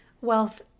wealth